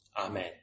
Amen